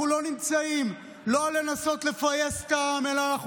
אנחנו לא נמצאים כדי לנסות לפייס את העם אלא אנחנו